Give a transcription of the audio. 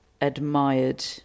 admired